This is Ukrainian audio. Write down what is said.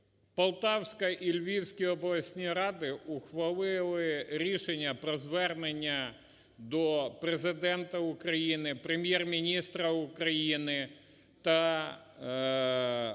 Полтавська і Львівські обласні ради ухвалили рішення про звернення до Президента України, Прем'єр-міністра України та